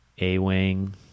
A-Wing